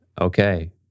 Okay